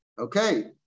Okay